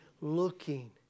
Looking